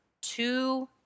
two